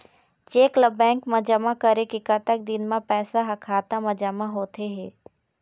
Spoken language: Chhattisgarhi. चेक ला बैंक मा जमा करे के कतक दिन मा पैसा हा खाता मा जमा होथे थे?